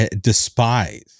despise